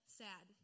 sad